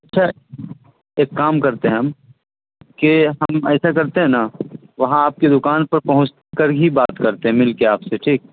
خیر ایک کام کرتے ہیں ہم کہ ہم ایسا کرتے ہیں نا وہاں آپ کی دکان پر پہنچ کر ہی بات کرتے ہیں مل کے آپ سے ٹھیک